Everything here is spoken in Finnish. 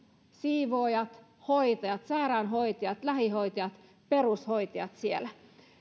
siivoojat hoitajat sairaanhoitajat lähihoitajat perushoitajat siellä